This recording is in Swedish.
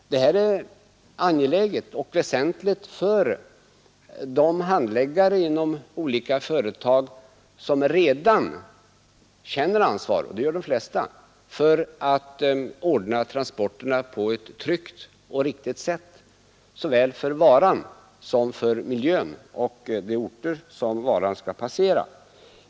Detta är angeläget och väsentligt för de handläggare inom olika företag som redan känner ansvar, och det gör de flesta, för att ordna transporterna på ett tryggt och riktigt sätt såväl för varan som för miljön och för de orter som varan skall passera.